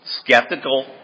skeptical